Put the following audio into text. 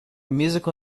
musical